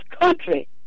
country